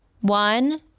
one